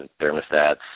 thermostats